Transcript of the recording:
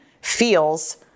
feels